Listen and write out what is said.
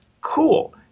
cool